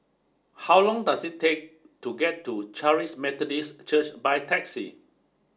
how long does it take to get to Charis Methodist Church by taxi